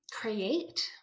create